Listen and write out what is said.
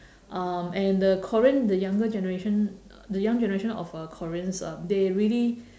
um and the korean the younger generation the young generation of uh koreans they really